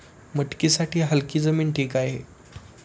मटकीसाठी हलकी जमीन ठीक आहे